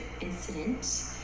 incident